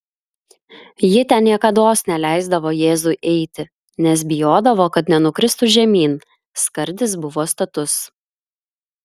ji ten niekados neleisdavo jėzui eiti nes bijodavo kad nenukristų žemyn skardis buvo status